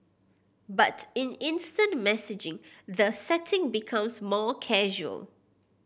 but in instant messaging the setting becomes more casual